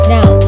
Now